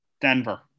Denver